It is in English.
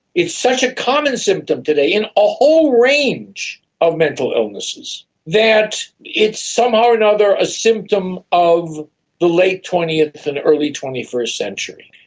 it is such a common symptom today in a whole range of mental illnesses that it's somehow or and other a symptom of the late twentieth and early twenty first century.